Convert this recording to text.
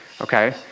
okay